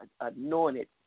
anointed